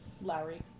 Lowry